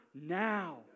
now